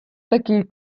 такий